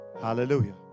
Hallelujah